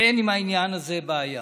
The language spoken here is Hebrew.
ואין עם העניין הזה בעיה.